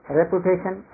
reputation